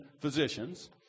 physicians